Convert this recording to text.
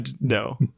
No